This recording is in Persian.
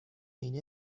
این